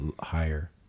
Higher